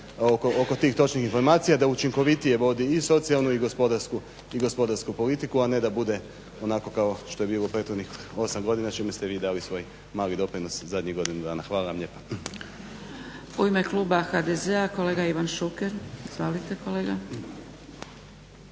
oko tih točnih informacija da učinkovitije vodi i socijalnu i gospodarsku politiku, a ne da bude onako kao što je bilo prethodnih 8 godina čime ste i vi dali svoj mali doprinos zadnjih godinu dana. Hvala vam